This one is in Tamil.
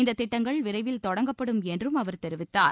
இந்த திட்டங்கள் விரைவில் தொடங்கப்படும் என்று அவர் தெரிவித்தார்